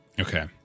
Okay